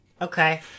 Okay